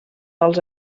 els